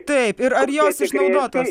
taip ir ar jos išnaudotos